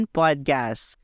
podcast